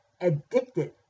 addicted